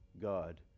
God